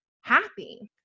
happy